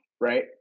right